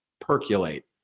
percolate